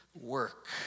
work